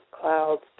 clouds